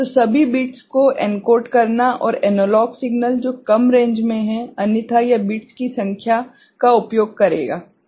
तो सभी बिट्स को एनकोड करना और एनालॉग सिग्नल जो कम रेंज में है अन्यथा यह बिट्स की कम संख्या का उपयोग करेगा ठीक है